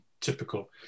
typical